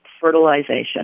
fertilization